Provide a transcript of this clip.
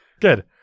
Good